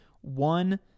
one